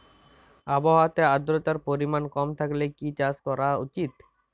আবহাওয়াতে আদ্রতার পরিমাণ কম থাকলে কি চাষ করা উচিৎ?